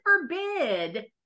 forbid